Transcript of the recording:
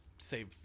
save